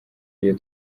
iyo